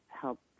help